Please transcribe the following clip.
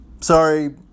Sorry